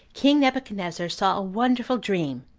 king nebuchadnezzar saw a wonderful dream,